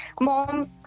Mom